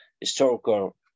historical